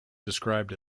described